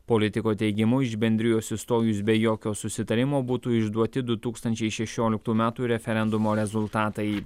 politiko teigimu iš bendrijos išstojus be jokio susitarimo būtų išduoti du tūkstančiai šešioliktų metų referendumo rezultatai